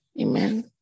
Amen